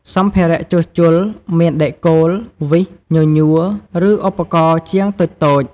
សម្ភារៈជួសជុល មានដែកគោល វីស ញញួរ ឬឧបករណ៍ជាងតូចៗ។